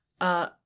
Uh